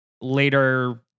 later